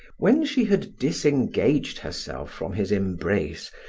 when she had disengaged herself from his embrace,